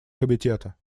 комитета